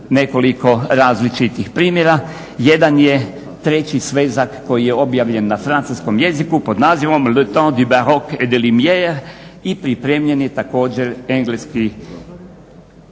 nekoliko različitih. Jedan je treći svezak koji je objavljen na francuskom jeziku pod nazivom …/Govornik govori francuski, ne razumije se./… i pripremljen je također engleski